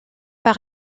par